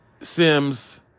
Sims